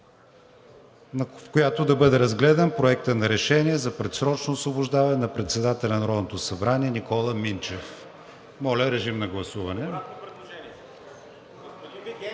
в която да бъде разгледан Проектът на решение за предсрочно освобождаване на председателя на Народното събрание Никола Минчев. Моля, режим на гласуване.